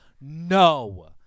No